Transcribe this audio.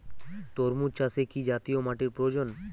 তরমুজ চাষে কি জাতীয় মাটির প্রয়োজন?